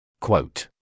Quote